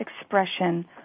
expression